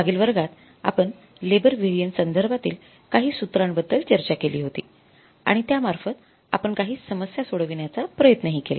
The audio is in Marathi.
मागील वर्गात आपण लेबर व्हेरिएन्स संदर्भातील काही सूत्रांबद्दल चर्चा केली होती आणि त्यामार्फत आपण काही समस्या सोडविण्याचा प्रयत्न हि केला